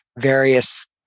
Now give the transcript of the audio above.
various